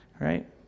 right